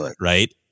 Right